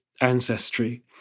ancestry